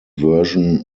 version